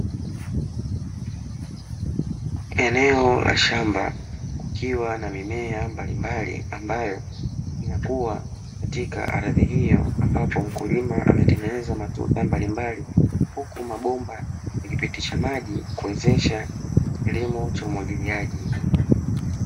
Eneo la shamba ,kukiwa na mimea mbalimbali ambayo inakua katika ardhi hiyo, ambapo mkulima anatengeneza matuta mbalimbali huku mabomba yakipitisha maji kuwezesha kilimo cha umwagiliaji.